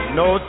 no